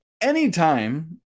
Anytime